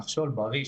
"נחשול בריא",